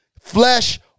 Flesh